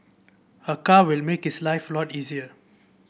a car will make his life a lot easier